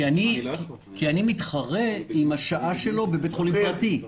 כי אני מתחרה עם השעה שלו בבית חולים פרטי.